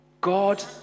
God